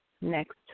next